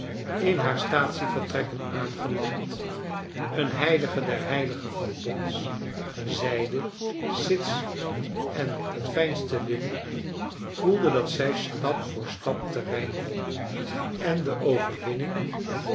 in haar staatsievertrekken aangeland een heilige der heiligen van dons zijde sits en het frjnste linnen voelde dat zij stap voor stap terrein won en de overwinning